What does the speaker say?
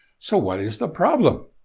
so, what is the problem?